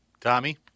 Tommy